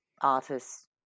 artists